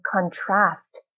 contrast